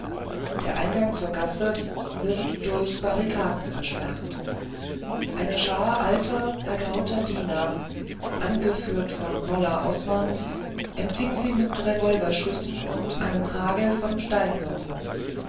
der eingang zur gasse war durch barrikaden versperrt eine schar alter ergrauter diener angeführt von molla osman empfing sie mit revolverschüssen und einem hagel von steinwürfen